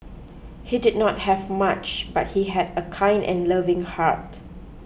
he did not have much but he had a kind and loving heart